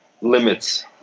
Limits